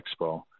Expo